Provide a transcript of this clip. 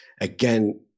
again